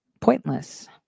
pointless